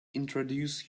introduce